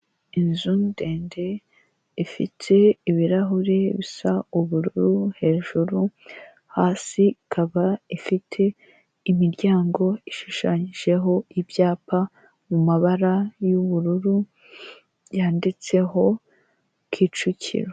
Inzu ndende ifite ibirahuri bisa ubururu hejuru, hasi ikaba ifite imiryango ishushanyijeho ibyapa mu mabara y'ubururu yanditseho Kicukiro.